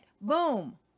boom